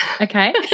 Okay